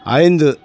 ஐந்து